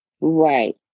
Right